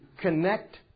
connect